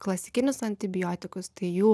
klasikinius antibiotikus tai jų